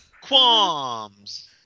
Qualms